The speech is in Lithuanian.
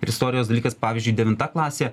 ir istorijos dalykas pavyzdžiui devinta klasė